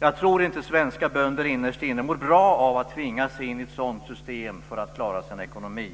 Jag tror inte att svenska bönder innerst inne mår bra av att tvingas in i ett sådant system för att klara sin ekonomi.